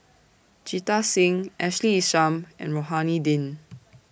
Jita Singh Ashley Isham and Rohani Din